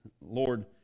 Lord